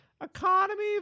Economy